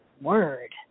word